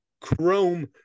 chrome